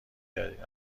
دادی